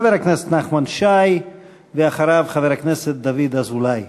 חבר הכנסת נחמן שי, ואחריו, חבר הכנסת דוד אזולאי.